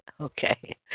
Okay